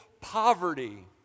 poverty